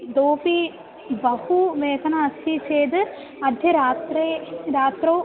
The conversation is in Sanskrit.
इतोऽपि बहु वेदना अस्ति चेद् अद्य रात्रौ रात्रौ